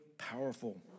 powerful